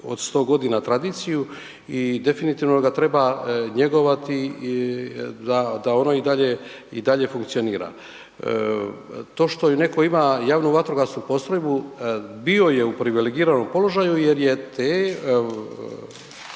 od 100 godina tradiciju i definitivno ga treba njegovati da ono i dalje funkcionira. To što netko ima javnu vatrogasnu postrojbu, bio je u privilegiranom položaju jer je te